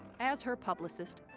as her publicist,